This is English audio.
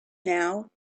now